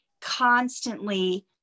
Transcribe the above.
constantly